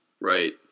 Right